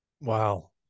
Wow